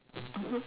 mmhmm